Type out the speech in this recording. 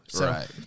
Right